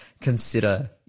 consider